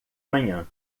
manhã